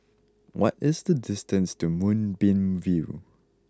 what is the distance to Moonbeam View